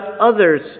others